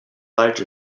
large